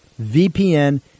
VPN